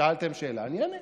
שאלתם שאלה, אני אענה.